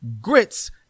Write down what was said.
Grits